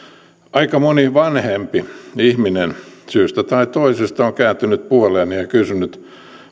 aika moni vanhempi ihminen syystä tai toisesta on kääntynyt puoleeni ja kysynyt